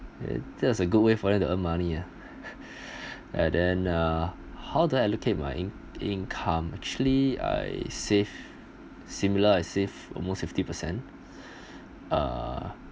that was a good way for them to earn money ah and then uh how do I allocate my income actually I save similar I save almost fifty percent uh